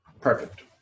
perfect